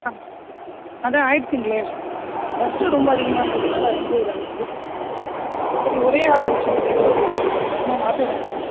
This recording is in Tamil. ஆ அதான் ஆகிடுச்சிங்களே டஸ்ட்டு ரொம்ப அதிகமாக இருக்கிறதுனால ரொம்ப இதாகுது சரி ஒரே ஆளாக வைச்சிக்கிறது எப்படி இருக்குது சும்மா மாற்ற வேணாம்